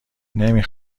نمی